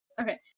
Okay